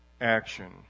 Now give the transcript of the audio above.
action